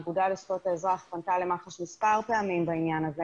האגודה לזכויות האזרח פנתה למח"ש מספר פעמים בעניין הזה